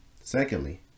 Secondly